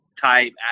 type